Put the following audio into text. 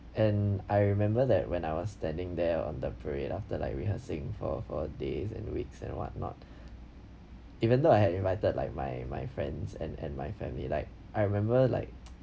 and I remember that when I was standing there on the parade after like rehearsing for for days and weeks and what not even though I had invited like my my friends and and my family like I remember like